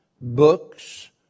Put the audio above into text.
books